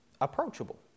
Approachable